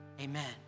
Amen